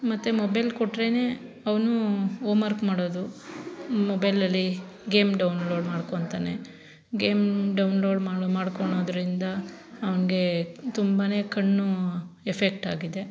ಮತ್ತು ಮೊಬೈಲ್ ಕೊಟ್ರೆ ಅವನು ಓಮರ್ಕ್ ಮಾಡೋದು ಮೊಬೈಲಲ್ಲಿ ಗೇಮ್ ಡೌನ್ಲೋಡ್ ಮಾಡ್ಕೊಂತಾನೆ ಗೇಮ್ ಡೌನ್ಲೋಡ್ ಮಾಡಿ ಮಾಡ್ಕೊಳದ್ರಿಂದ ಅವ್ನಿಗೆ ತುಂಬಾ ಕಣ್ಣು ಎಫೆಕ್ಟ್ ಆಗಿದೆ